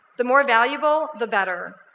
the more valuable the better.